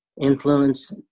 influence